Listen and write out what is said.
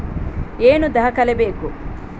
ಏನು ದಾಖಲೆ ಬೇಕು?